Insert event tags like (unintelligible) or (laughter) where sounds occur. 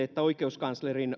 (unintelligible) että oikeuskanslerin